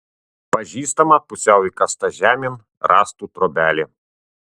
pažįstama pusiau įkasta žemėn rąstų trobelė